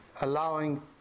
allowing